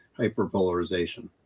hyperpolarization